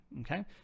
okay